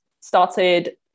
started